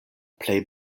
plej